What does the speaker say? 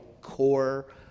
core